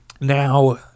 Now